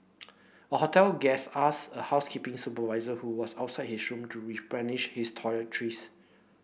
a hotel guest asked a housekeeping supervisor who was outside his room to replenish his toiletries